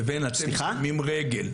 לבין אתם "שמים רגל".